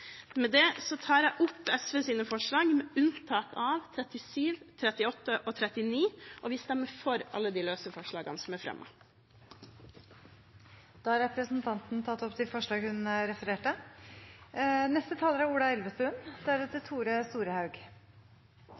Med det tar jeg opp SVs forslag, unntatt forslagene nr. 37, 38 og 39. Vi stemmer for alle de løse forslagene som er fremmet. Representanten Kari Elisabeth Kaski har tatt opp de forslagene hun refererte til. Det er